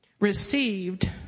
received